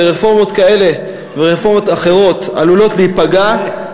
ברפורמות כאלה ורפורמות אחרות עלולות להיפגע,